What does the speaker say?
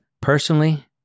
Personally